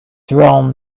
drawn